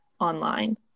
online